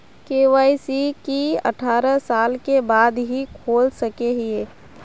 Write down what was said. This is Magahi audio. के.वाई.सी की अठारह साल के बाद ही खोल सके हिये?